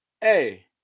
hey